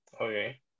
Okay